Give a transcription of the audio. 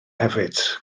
hefyd